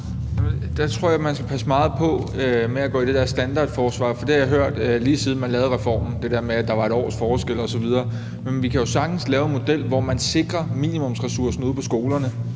Der tror jeg, man skal passe meget på med at ty til det der standardforsvar – det har jeg hørt, lige siden man lavede reformen – om, at der var 1 års forskel, osv. Vi kan jo sagtens lave en model, hvor man sikrer minimumsressourcerne ude på skolerne